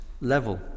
level